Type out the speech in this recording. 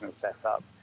setup